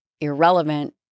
irrelevant